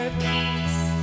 peace